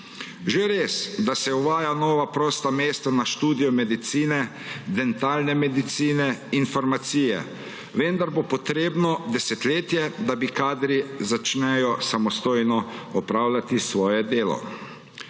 Že res, da se uvajajo nova prosta mesta na študiju medicine, dentalne medicine in farmacije, vendar bo potrebno desetletje, da bodo kadri začeli samostojno opravljati svoje delo.